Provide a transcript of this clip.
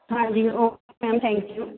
ਹਾਂਜੀ okay ma'am thank you